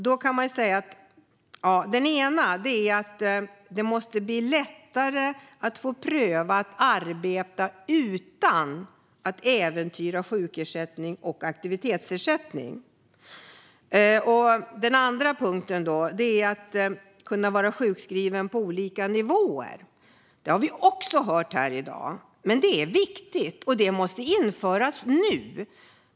Den första punkten är att det måste bli lättare att få pröva att arbeta utan att äventyra sjukersättning och aktivitetsersättning. Den andra punkten handlar om möjligheten att kunna vara sjukskriven på olika nivåer. Det har vi också hört om här i dag, och det är viktigt. Det måste införas nu.